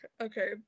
okay